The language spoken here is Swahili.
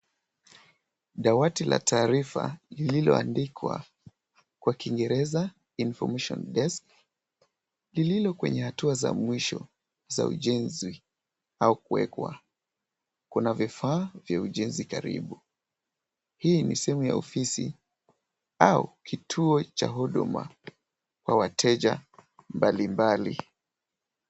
Dawadi la taarifa lililoandikwa kwa kiingereza, Information Desk, lililo kwenye hatua za mwisho za ujenzi au kuwekwa. Kuna vifaa vya ujenzi karibu. Hii ni sehemu ya ofisi au kituo cha huduma kwa wateja mbalimbali.